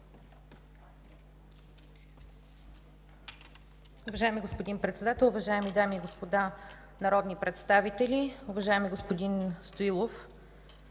Уважаеми господин Председател, уважаеми госпожи и господа народни представители! Уважаеми господин Славов,